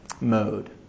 mode